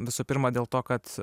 visų pirma dėl to kad